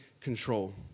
control